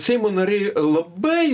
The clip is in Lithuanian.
seimo nariai labai